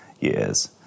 years